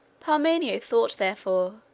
parmenio thought, therefore,